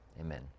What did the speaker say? amen